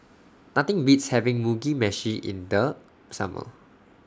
Nothing Beats having Mugi Meshi in The Summer